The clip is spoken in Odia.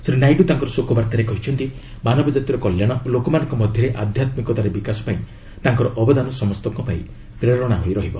ଶ୍ରୀ ନାଇଡୁ ତାଙ୍କର ଶୋକବାତ୍ତାରେ କହିଛନ୍ତି ମାନବ ଜାତିର କଲ୍ୟାଣ ଓ ଲୋକମାନଙ୍କ ମଧ୍ୟରେ ଆଧ୍ୟାତ୍ମିକତାର ବିକାଶ ପାଇଁ ତାଙ୍କର ଅବଦାନ ସମସ୍ତଙ୍କ ପାଇଁ ପ୍ରେରଣା ହୋଇ ରହିବ